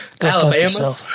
Alabama